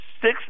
six